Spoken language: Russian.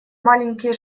маленькие